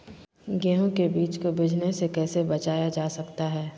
गेंहू के बीज को बिझने से कैसे बचाया जा सकता है?